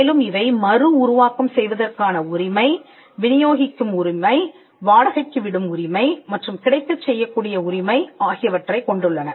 மேலும் இவை மறுஉருவாக்கம் செய்வதற்கான உரிமை வினியோகிக்கும் உரிமை வாடகைக்கு விடும் உரிமை மற்றும் கிடைக்கச் செய்யக்கூடிய உரிமை ஆகியவற்றைக் கொண்டுள்ளன